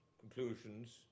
conclusions